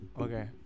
okay